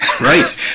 Right